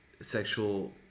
sexual